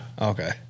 Okay